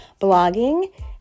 blogging